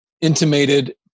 intimated